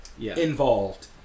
involved